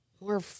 more